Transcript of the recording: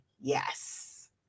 Yes